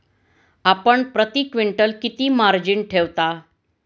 आपण प्रती क्विंटल किती मार्जिन ठेवता?